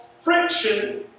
friction